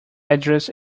address